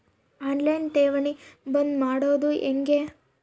On line ಠೇವಣಿ ಬಂದ್ ಮಾಡೋದು ಹೆಂಗೆ?